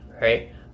right